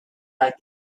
like